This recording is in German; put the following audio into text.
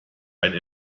einen